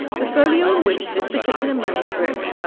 the folio in which this particular manuscript,